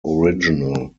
original